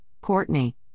Courtney